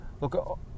look